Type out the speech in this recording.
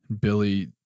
Billy